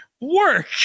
work